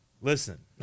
listen